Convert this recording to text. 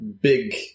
big